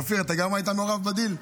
אופיר, גם אתה היית מעורב בדיל?